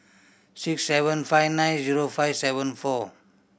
six seven five nine zero five seven four